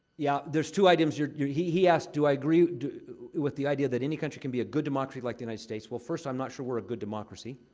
yeah, there's two items. yeah yeah he he asked, do i agree with the idea that any country can be a good democracy like the united states? well, first, i'm not sure we're a good democracy.